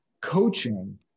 coaching